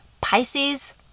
Pisces